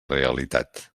realitat